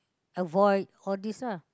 avoid all this lah